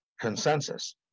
consensus